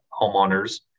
homeowners